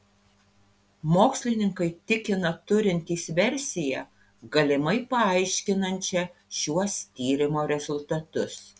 mokslininkai tikina turintys versiją galimai paaiškinančią šiuos tyrimo rezultatus